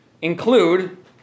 include